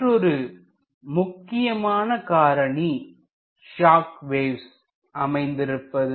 மற்றொரு முக்கியமான காரணி ஷாக் வௌஸ் அமைந்திருப்பது